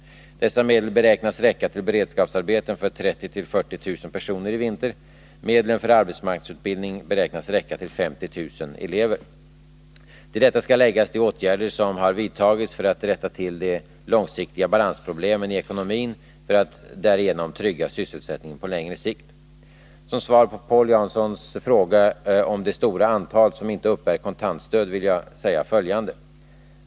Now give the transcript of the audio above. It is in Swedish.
Dessa medel beräknas räcka till beredskapsarbeten för 30 000-40 000 personer i vinter. Medlen för arbetsmarknadsutbildning beräknas räcka till 50 000 elever. Till detta skall läggas de åtgärder som har vidtagits för att rätta till de långsiktiga balansproblemen i ekonomin för att därigenom trygga sysselsättningen på längre sikt. Som svar på Paul Janssons fråga om det stora antal som inte uppbär kontantstöd vill jag säga följande.